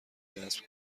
نصب